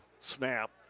snap